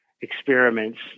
experiments